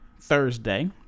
Thursday